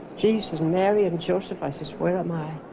jesus mary and joseph isis where am i